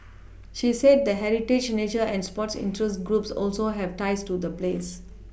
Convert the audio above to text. she said that heritage nature and sports interest groups also have ties to the place